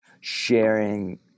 sharing